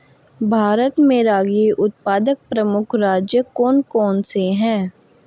भारत में रागी उत्पादक प्रमुख राज्य कौन कौन से हैं?